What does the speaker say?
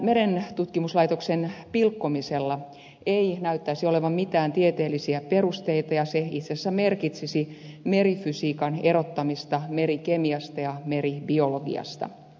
tällä merentutkimuslaitoksen pilkkomisella ei näyttäisi olevan mitään tieteellisiä perusteita ja se itse asiassa merkitsisi merifysiikan erottamista merikemiasta ja meribiologiasta